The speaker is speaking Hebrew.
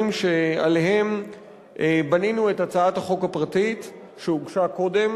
שעליהם בנינו את הצעת החוק הפרטית שהוגשה קודם,